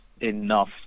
enough